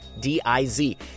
D-I-Z